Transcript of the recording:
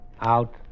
out